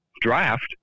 draft